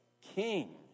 king